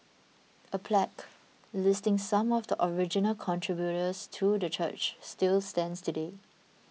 a plaque listing some of the original contributors to the church still stands today